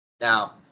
now